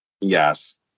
Yes